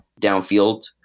downfield